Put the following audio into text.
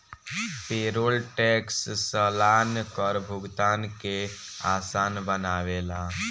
payroll tax सलाना कर भुगतान के आसान बनावेला